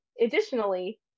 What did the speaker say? additionally